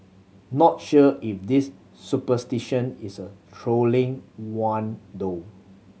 not sure if this superstition is a trolling one though